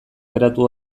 geratu